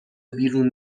بیرون